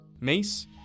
Mace